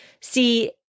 see